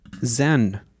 zen